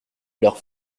leurs